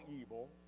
evil